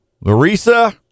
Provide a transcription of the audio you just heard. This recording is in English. larissa